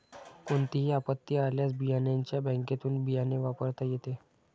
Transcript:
कोणतीही आपत्ती आल्यास बियाण्याच्या बँकेतुन बियाणे वापरता येते